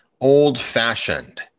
old-fashioned